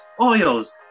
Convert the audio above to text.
oils